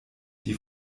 die